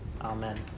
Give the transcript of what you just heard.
Amen